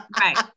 Right